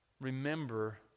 Remember